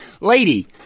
lady